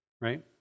Right